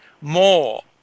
more